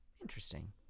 Interesting